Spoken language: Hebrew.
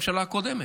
הממשלה הקודמת.